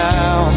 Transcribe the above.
now